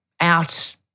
out